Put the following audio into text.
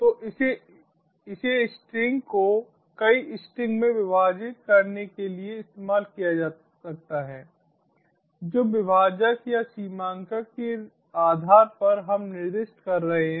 तो इसे स्ट्रिंग को कई स्ट्रिंग्स में विभाजित करने के लिए इस्तेमाल किया जा सकता है जो विभाजक या सीमांकक के आधार पर हम निर्दिष्ट कर रहे हैं